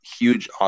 huge